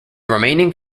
remaining